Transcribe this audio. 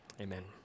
amen